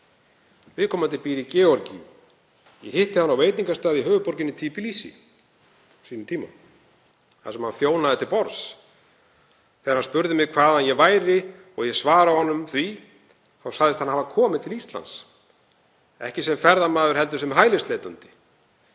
Viðkomandi býr í Georgíu, ég hitti hann á veitingastað í höfuðborginni Tíblisi á sínum tíma þar sem hann þjónaði til borðs. Þegar hann spurði mig hvaðan ég væri og ég svaraði honum því, þá sagðist hann hafa komið til Íslands, ekki sem ferðamaður heldur sem hælisleitandi.